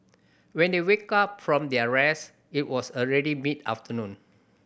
when they wake up from their rest it was already mid afternoon